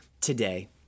today